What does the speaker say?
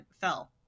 fell